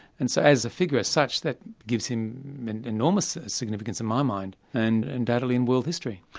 and so as a figure as such, that gives him enormous significance, in my mind, and undoubtedly in world history.